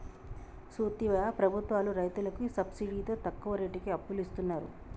సూత్తివా ప్రభుత్వాలు రైతులకి సబ్సిడితో తక్కువ రేటుకి అప్పులిస్తున్నరు